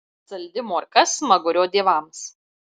saldi morka smagurio dievams